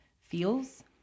feels